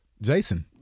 Jason